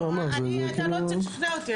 אתה לא צריך לשכנע אותי.